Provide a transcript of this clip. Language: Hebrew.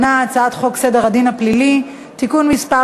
הצעת חוק סדר הדין הפלילי (תיקון מס'